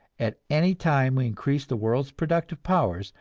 at any time we increase the world's productive powers,